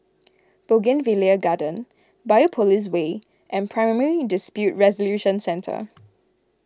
Bougainvillea Garden Biopolis Way and Primary Dispute Resolution Centre